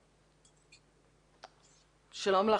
שלום.